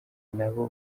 nabo